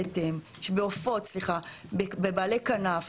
בבעלי כנף,